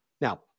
Now